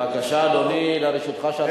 בבקשה, אדוני, לרשותך שלוש דקות.